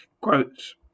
Quotes